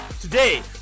Today